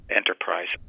enterprise